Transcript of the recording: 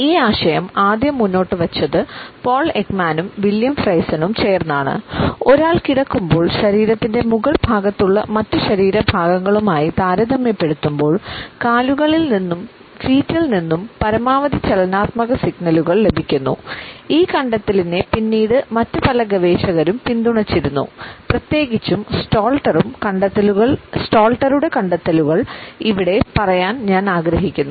ഈ ആശയം ആദ്യം മുന്നോട്ട് വച്ചത് പോൾ എക്മാനും കണ്ടെത്തലുകൾ ഇവിടെ പറയാൻ ഞാൻ ആഗ്രഹിക്കുന്നു